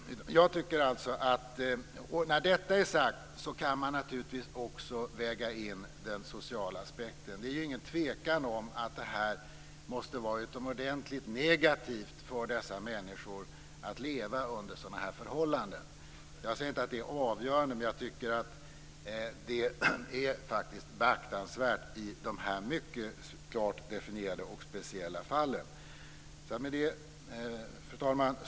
När detta är sagt kan man naturligtvis också väga in den sociala aspekten. Det är ju ingen tvekan om att det måste vara utomordentligt negativt för dessa människor att leva under sådana här förhållanden. Jag säger inte att de har en avgörande betydelse, men jag tycker faktiskt att de är beaktansvärda i de här mycket klart definierade och speciella fallen. Fru talman!